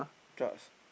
drugs